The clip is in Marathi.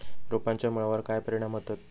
रोपांच्या मुळावर काय परिणाम होतत?